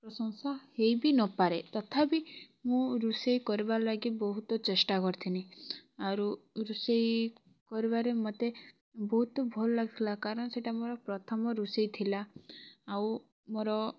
ପ୍ରଶଂସା ହେଇ ବି ନ ପାରେ ତଥାପି ମୁଁ ରୋଷେଇ କରିବାର ଲାଗି ବହୁତ ଚେଷ୍ଟା କରିଥିନି ଆରୁ ରୋଷେଇ କରିବାରେ ମୋତେ ବହୁତ ଭଲ ଲାଗଥିଲା କାରଣ ସେଇଟା ମୋର ପ୍ରଥମ ରୋଷେଇ ଥିଲା ଆଉ ମୋର